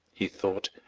he thought,